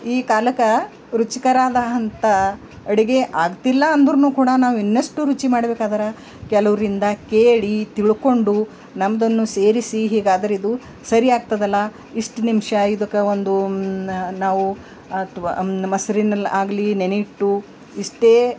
ಈ ಕಾಲಕ್ಕೆ ರುಚಿಕರಾದಹಂತ ಅಡುಗೆ ಆಗ್ತಿಲ್ಲ ಅಂದ್ರೂ ಕೂಡ ನಾವು ಇನ್ನಷ್ಟು ರುಚಿ ಮಾಡ್ಬೇಕಾದರೆ ಕೆಲವರಿಂದ ಕೇಳಿ ತಿಳ್ಕೊಂಡು ನಮ್ದನ್ನು ಸೇರಿಸಿ ಹೀಗಾದ್ರೆ ಇದು ಸರಿ ಆಗ್ತದೆಲ್ಲ ಇಷ್ಟು ನಿಮಿಷ ಇದಕ್ಕೆ ಒಂದು ನಾವು ಅಥ್ವಾ ಮೊಸ್ರಿನಲ್ಲಿ ಆಗಲಿ ನೆನೆ ಇಟ್ಟು ಇಷ್ಟೇ